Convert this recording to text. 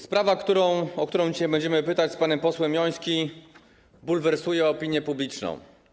Sprawa, o którą dzisiaj będziemy pytać z panem posłem Jońskim, bulwersuje opinię publiczną.